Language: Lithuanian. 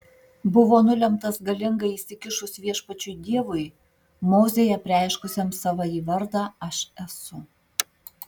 buvo nulemtas galingai įsikišus viešpačiui dievui mozei apreiškusiam savąjį vardą aš esu